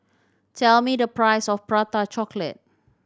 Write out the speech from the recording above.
tell me the price of Prata Chocolate